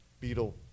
beetle